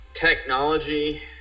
technology